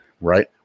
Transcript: right